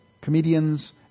comedians